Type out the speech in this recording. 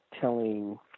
telling